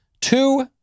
two